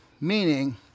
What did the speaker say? Meaning